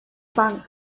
bank